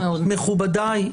מכובדיי,